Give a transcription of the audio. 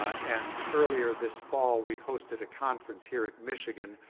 and earlier this fall, we hosted a conference here, at michigan,